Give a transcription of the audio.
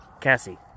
Cassie